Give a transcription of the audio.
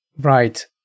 right